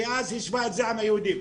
ואז השווה את זה עם היהודים.